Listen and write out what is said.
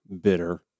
bitter